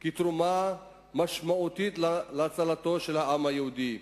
כתרומה משמעותית להצלתו של העם היהודי.